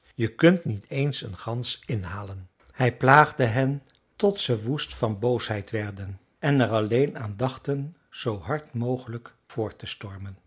je kunt niet eens een gans inhalen hij plaagde hen tot ze woest van boosheid werden en er alleen aan dachten zoo hard mogelijk voort te stormen